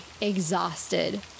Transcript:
exhausted